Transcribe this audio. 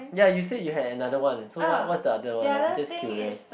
ya you said you had another one so what what's the another one I am just curious